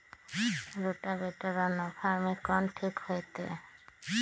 Rotavator और नौ फ़ार में कौन ठीक होतै?